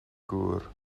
gŵr